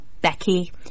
Becky